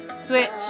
Switch